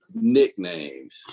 nicknames